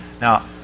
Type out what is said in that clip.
Now